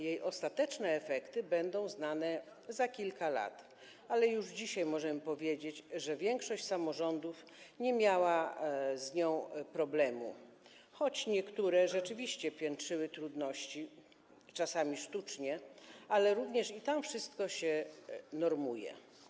Jej ostateczne efekty będą znane za kilka lat, ale już dzisiaj możemy powiedzieć, że większość samorządów nie miała z nią problemu, choć niektóre rzeczywiście piętrzyły trudności, czasami sztucznie, jednak również tam wszystko się normuje.